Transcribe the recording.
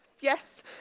Yes